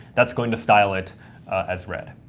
that's going to style it as red.